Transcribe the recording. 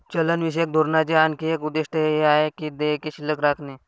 चलनविषयक धोरणाचे आणखी एक उद्दिष्ट हे आहे की देयके शिल्लक राखणे